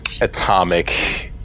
atomic